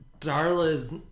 Darla's